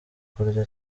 kurya